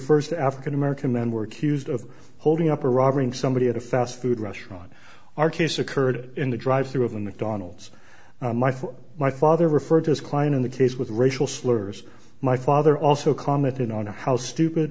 refers to african american men were queues of holding up or robbing somebody at a fast food restaurant our case occurred in the drive through of a mcdonald's my for my father referred to as client in the case with racial slurs my father also commented on how stupid